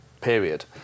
period